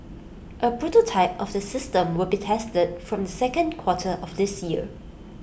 A prototype of the system will be tested from the second quarter of this year